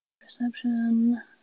Perception